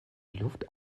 luft